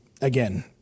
again